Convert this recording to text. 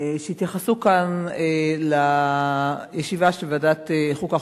שהתייחסו כאן לישיבה של ועדת החוקה,